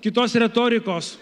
kitos retorikos